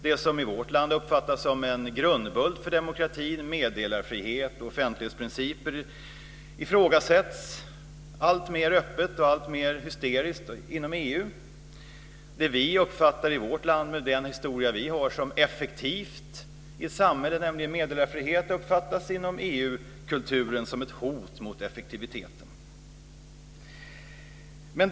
Det som i vårt land uppfattas som en grundbult för demokratin, meddelarfrihet och offentlighetsprincipen, ifrågasätts alltmer öppet och alltmer hysteriskt inom EU. Det vi uppfattar i vårt land med den historia vi har som effektivt i samhället, nämligen meddelarfrihet, uppfattas inom EU-kulturen som ett hot mot effektiviteten.